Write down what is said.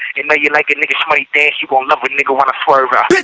ah you like a nigga shmoney dance you gon' love a nigga when i swerve out